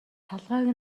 толгойг